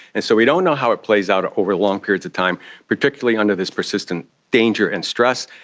and so we don't know how it plays out over long periods of time, particularly under this persistent danger and stress,